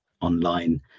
online